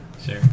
Sure